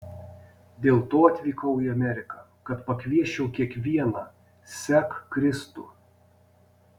dėl to atvykau į ameriką kad pakviesčiau kiekvieną sek kristų